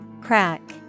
crack